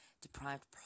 deprived